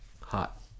Hot